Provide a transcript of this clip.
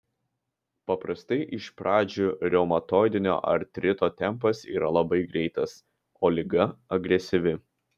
paprastai iš pradžių reumatoidinio artrito tempas yra labai greitas o liga agresyvi